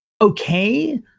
Okay